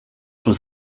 was